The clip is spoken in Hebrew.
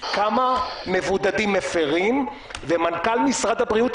כמה מבודדים מפרים ומנכ"ל משרד הבריאות,